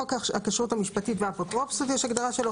חוק הכשרות המשפטית והאפוטרופסות יש הגדרה שלו.